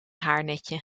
haarnetje